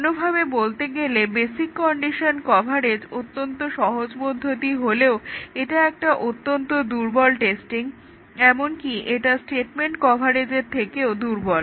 অন্যভাবে বলতে গেলে বেসিক কন্ডিশন কভারেজ অত্যন্ত সহজ পদ্ধতি হলেও এটা একটা অত্যন্ত দুর্বল টেস্টিং এমনকি এটা স্টেটমেন্ট কভারেজের থেকেও দুর্বল